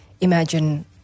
Imagine